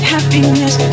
Happiness